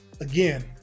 Again